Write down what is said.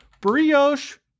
Brioche